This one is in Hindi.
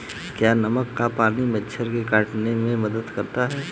क्या नमक का पानी मच्छर के काटने में मदद करता है?